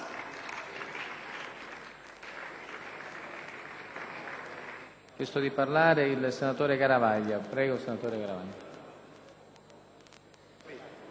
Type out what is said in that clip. Grazie,